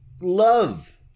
love